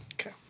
Okay